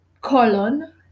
colon